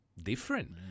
different